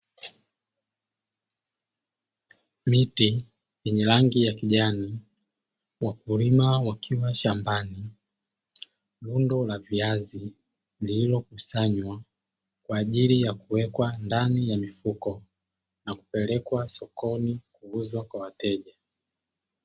Miti yenye rangi ya kijani, wakulima wakiwa shambani. Lundo la viazi lililokusanywa kwa ajili ya kuwekwa ndani ya mifuko na kupelekwa sokoni kuuzwa kwa wateja.